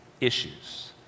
issues